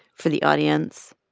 for the audience.